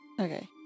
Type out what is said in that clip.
Okay